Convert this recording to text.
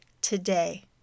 Today